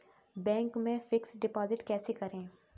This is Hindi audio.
बैंक में फिक्स डिपाजिट कैसे करें?